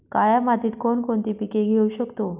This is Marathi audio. काळ्या मातीत कोणकोणती पिके घेऊ शकतो?